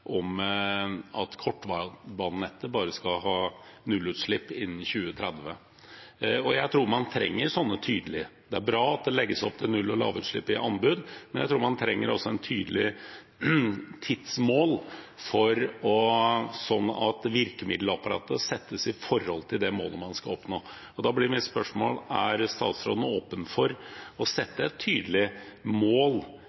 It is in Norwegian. at kortbanenettet bare skal ha nullutslipp innen 2030. Jeg tror man trenger sånne tydelige mål. Det er bra at det legges opp til null- og lavutslipp i anbud, men jeg tror man trenger tydelige tidsmål slik at virkemiddelapparatet settes i forhold til det målet man skal oppnå. Da blir mitt spørsmål: Er statsråden åpen for å